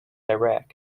iraq